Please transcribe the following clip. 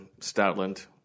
Stoutland